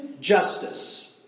justice